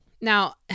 Now